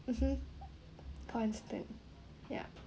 uh !huh! constant ya